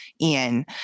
Ian